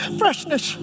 freshness